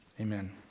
amen